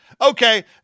Okay